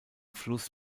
fluss